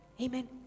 Amen